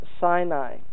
Sinai